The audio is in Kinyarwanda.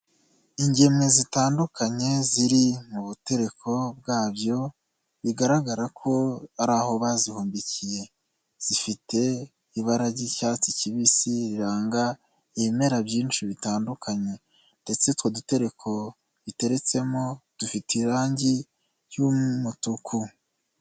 Ingemwe zitandukanye ziri mu butereko bwabyo bigaragara ko ari aho bazihumbikiye, zifite ibara ry'icyatsi kibisi riranga ibimera byinshi bitandukanye ndetse utwo dutereko biteretsemo dufite irangi ry'umutuku.